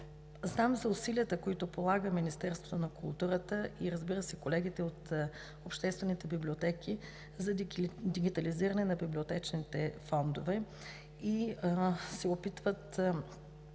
Знам за усилията, които полага Министерството на културата, и, разбира се, колегите от обществените библиотеки за дигитализиране на библиотечните фондове. Този